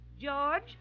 George